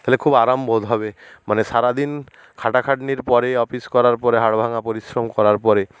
তাহলে খুব আরাম বোধ হবে মানে সারাদিন খাটাখাটনির পরে অফিস করার পরে হাড় ভাঙ্গা পরিশ্রম করার পরে